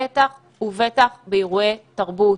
בטח ובטח באירועי תרבות,